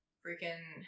freaking